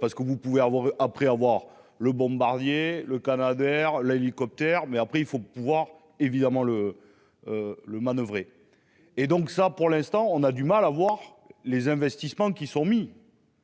Parce que vous pouvez avoir après avoir le bombardier le Canadair, l'hélicoptère mais après il faut pouvoir évidemment le. Le manoeuvrer et donc ça pour l'instant on a du mal à voir les investissements qui sont mis.